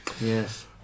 yes